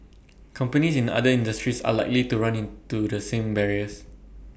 companies in other industries are likely to run into the same barriers